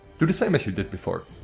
do the same as you did before.